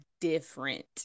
different